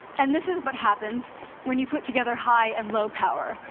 and this is what happens when you put together high and low power.